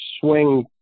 swing